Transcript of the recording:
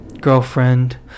girlfriend